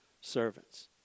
servants